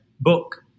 book